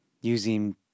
using